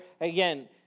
Again